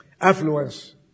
Affluence